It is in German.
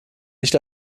nicht